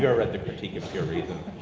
yeah read the critique of pure reason?